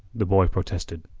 the boy protested.